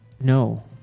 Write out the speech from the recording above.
No